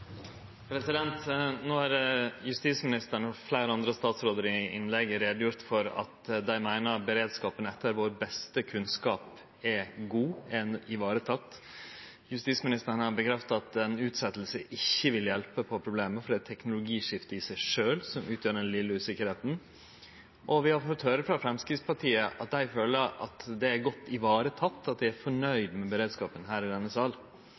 har justisministeren og fleire andre statsrådar i innlegg gjort greie for at dei meiner at beredskapen etter vår beste kunnskap er god, den er vareteken. Justisministeren har stadfesta at ei utsetjing ikkje vil hjelpe på problemet, fordi teknologiskiftet i seg sjølv utgjer den litle usikkerheita. Og vi har fått høyre frå Framstegspartiet at dei føler at det er godt vareteke, og at dei her i denne